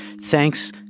Thanks